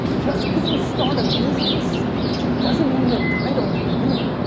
just cause you start a business doesn't mean you're entitled to winning.